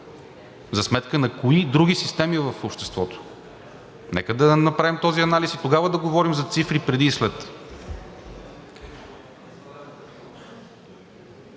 За сметка на кои други системи в обществото? Нека да направим този анализ и тогава да говорим за цифри преди и след.